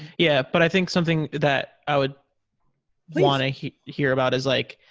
yeah but i think something that i would wanna hear hear about is like,